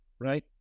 Right